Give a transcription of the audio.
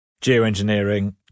geoengineering